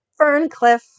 Ferncliff